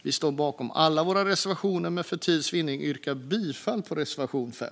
Vi står bakom alla våra reservationer, men för tids vinnande yrkar jag bifall endast till reservation 5.